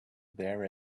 there